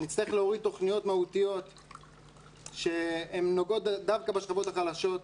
נצטרך להוריד תכניות מהותיות ‏שנוגעות דווקא בשכבות החלשות.